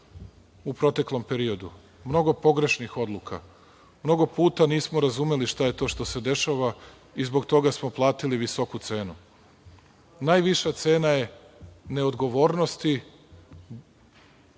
u proteklom periodu, mnogo pogrešnih odluka, mnogo puta nismo razumeli šta je to što se dešava i zbog toga smo platili visoku cenu. Najviša cena je neodgovornosti